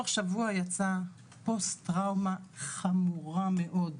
תוך שבוע יצאה פוסט טראומה חמורה מאוד,